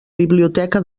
biblioteca